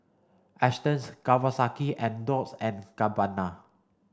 Astons Kawasaki and Dolce and Gabbana